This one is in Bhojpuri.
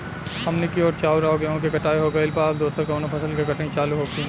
हमनी कियोर चाउर आ गेहूँ के कटाई हो गइल बा अब दोसर कउनो फसल के कटनी चालू होखि